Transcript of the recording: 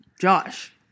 Josh